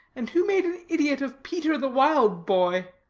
and who made an idiot of peter the wild boy?